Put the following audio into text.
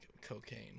cocaine